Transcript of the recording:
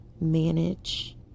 manage